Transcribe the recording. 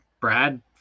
Brad